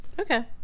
Okay